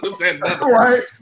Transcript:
right